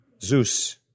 Zeus